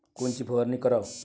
कोनची फवारणी कराव?